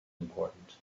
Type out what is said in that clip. important